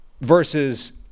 versus